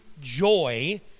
joy